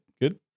Good